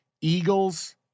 Eagles